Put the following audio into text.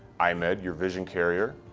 eyemed, your vision carrier,